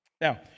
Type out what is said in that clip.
Now